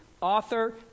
author